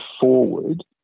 forward